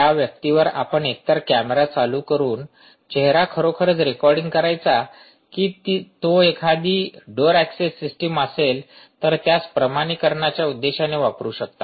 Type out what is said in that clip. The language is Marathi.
त्या व्यक्तीवर आपण एकतर कॅमेरा चालू करून चेहरा खरोखरच रेकॉर्डिंग करायचा कि तो एखादी डोर ऍक्सेस सिस्टीम असेल तर त्यास प्रमाणीकरणाच्या उद्देशाने वापरु शकता